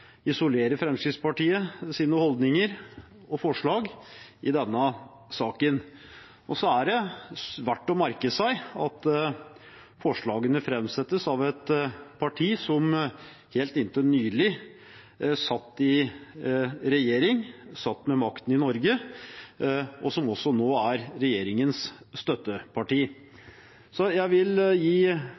isolerer Fremskrittspartiets holdninger og forslag i denne saken. Det er verdt å merke seg at forslagene framsettes av et parti som helt inntil nylig satt i regjering, satt med makten i Norge, og som også nå er regjeringens støtteparti. Jeg vil spesielt gi